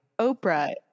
oprah